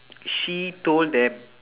she told them